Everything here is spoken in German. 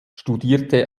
studierte